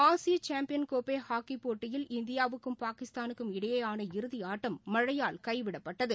ஆசியசாம்பியன்ஸ் கோப்பைஹாக்கிப் போட்டியில் இந்தியாவுக்கும் பாகிஸ்தானுக்கும் இடையேயான இறுதிஆட்டம் மழையால் கைவிடப்பட்டது